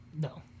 No